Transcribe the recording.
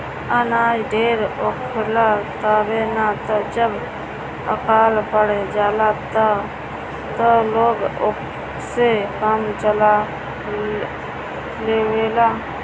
अनाज ढेर होखेला तबे त जब अकाल पड़ जाला त लोग ओसे काम चला लेवेला